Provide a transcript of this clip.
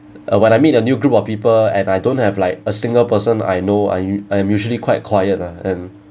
uh when I meet a new group of people and I don't have like a single person I know I'm I'm usually quite quiet ah and